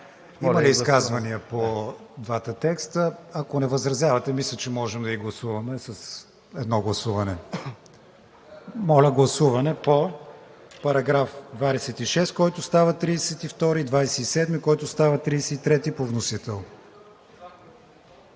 Има ли изказвания по двата текста? Ако не възразявате, мисля, че може да ги гласуваме с едно гласуване. Моля, гласувайте § 26, който става § 32, и § 27, който става § 33. Господин